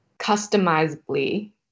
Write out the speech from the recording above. customizably